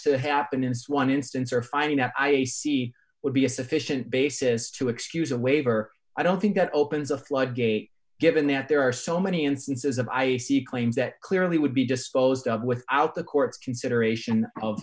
to happen in one instance or finding out i see would be a sufficient basis to excuse a waiver i don't think that opens a floodgate given that there are so many instances of i c claims that clearly would be disposed of without the court's consideration of